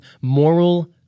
moral